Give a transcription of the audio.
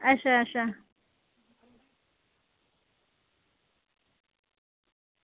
अच्छा अच्छा